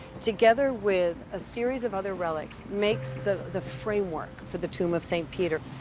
together with a series of other relics, makes the the framework for the tomb of st. peter.